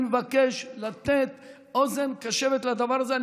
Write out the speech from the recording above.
אני מבקש לתת אוזן קשבת לדבר הזה.